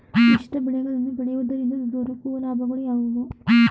ಮಿಶ್ರ ಬೆಳೆಗಳನ್ನು ಬೆಳೆಯುವುದರಿಂದ ದೊರಕುವ ಲಾಭಗಳು ಯಾವುವು?